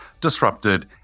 disrupted